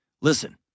Listen